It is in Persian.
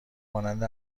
مانند